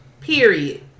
period